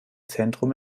zentrum